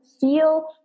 feel